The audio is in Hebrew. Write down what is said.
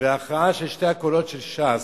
וההכרעה של שני הקולות של ש"ס,